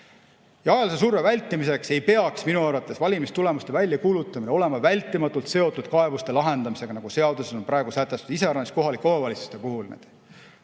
Ajalise surve vältimiseks ei peaks minu arvates valimistulemuste väljakuulutamine olema vältimatult seotud kaebuste lahendamisega, nagu seaduses on praegu sätestatud, iseäranis kohalike omavalitsuste puhul.